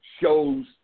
shows